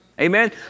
Amen